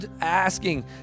asking